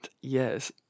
yes